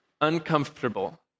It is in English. uncomfortable